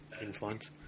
influence